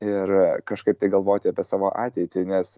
ir kažkaip tai galvoti apie savo ateitį nes